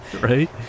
Right